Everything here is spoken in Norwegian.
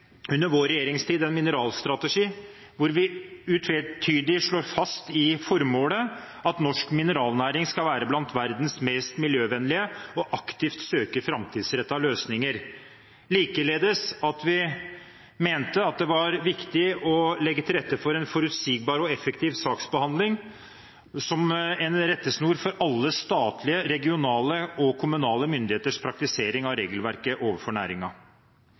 under vår regjeringstid en mineralstrategi, hvor vi utvetydig slår fast i formålet at «norsk mineralnæring skal være blant verdens mest miljøvennlige og aktivt søke fremtidsrettede løsninger». Likeledes mente vi at det var viktig å legge til rette for en forutsigbar og effektiv saksbehandling som en rettesnor for alle statlige, regionale og kommunale myndigheters praktisering av regelverket overfor